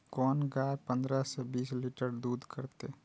कोन गाय पंद्रह से बीस लीटर दूध करते?